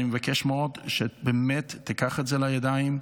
אני מבקש מאוד שתיקח את זה לידיים,